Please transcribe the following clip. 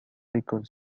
écoles